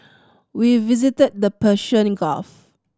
we visited the Persian Gulf